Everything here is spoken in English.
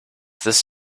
this